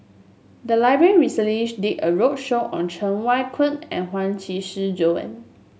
the library recently did a roadshow on Cheng Wai Keung and Huang Qishi Joan